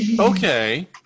okay